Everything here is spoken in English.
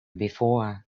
before